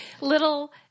little